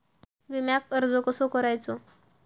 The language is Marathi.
विम्याक अर्ज कसो करायचो?